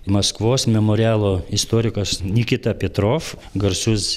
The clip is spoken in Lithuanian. maskvos memorialo istorikas nikita pietrov garsus